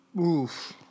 Oof